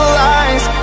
lies